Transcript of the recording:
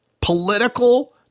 political